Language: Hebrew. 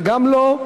זה גם לא,